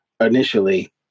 initially